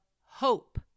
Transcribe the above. hope